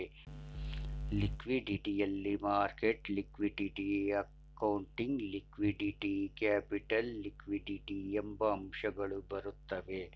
liquidity ಯಲ್ಲಿ market liquidity, accounting liquidity, capital liquidity ಎಂಬ ಅಂಶಗಳು ಬರುತ್ತವೆ